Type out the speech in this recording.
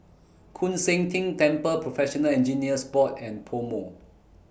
Koon Seng Ting Temple Professional Engineers Board and Pomo